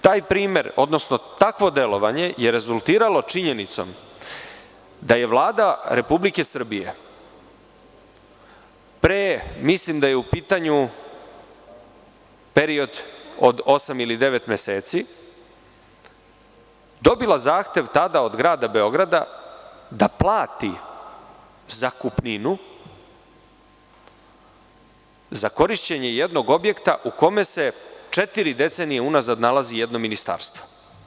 Taj primer, odnosno takvo delovanje je rezultiralo činjenicom da je Vlada Republike Srbije pre, mislim da je u pitanju period od osam ili devet meseci, dobila zahtev tada od Grada Beograda da plati zakupninu za korišćenje jednog objekta u kojem se četiri decenije unazad nalazi jedno ministarstvo.